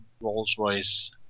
Rolls-Royce